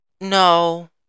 No